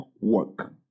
work